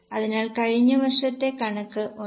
അതിനാൽ കഴിഞ്ഞ വർഷത്തെ കണക്ക് 1